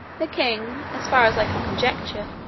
the king, as far as i could conjecture,